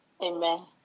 Amen